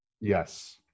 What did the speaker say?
Yes